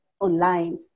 online